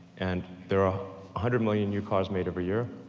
and there are a hundred million new cars made every year,